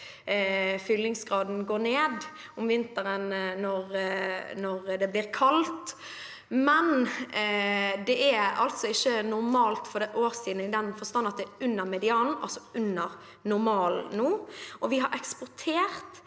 fyllingsgraden går ned om vinteren når det blir kaldt, men det er altså ikke normalt for årstiden i den forstand at det er under medianen, altså under normalen nå, og vi har eksportert